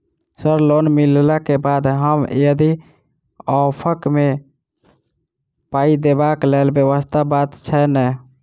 Sir loan मिलला केँ बाद हम यदि ऑफक केँ मे पाई देबाक लैल व्यवस्था बात छैय नै?